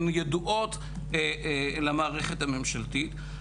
הם ידועות למערכת הממשלתית.